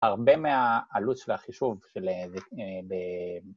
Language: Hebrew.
‫הרבה מהעלות של החישוב של..